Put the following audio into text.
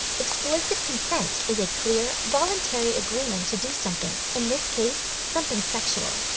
explicit consent is a clear voluntary agreement to do something, in this case something sexual.